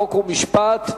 חוק ומשפט.